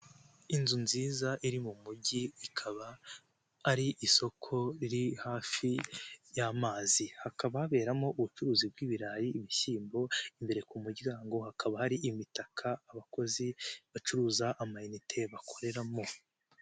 Inzu nziza iri mu mujyi ikaba ari isoko riri hafi y'amazi, hakaba haberamo ubucuruzi bw'ibirayi, ibishyimbo, imbere ku muryango hakaba hari imitaka abakozi bacuruza amayinite bakoreramo.